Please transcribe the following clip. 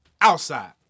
outside